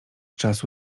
czasu